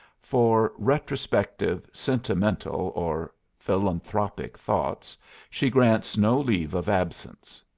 for retrospective, sentimental, or philanthropic thoughts she grants no leave of absence.